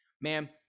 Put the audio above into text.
ma'am